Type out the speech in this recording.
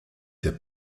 der